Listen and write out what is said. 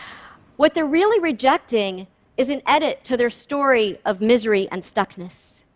what they're really rejecting is an edit to their story of misery and stuckness.